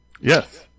Yes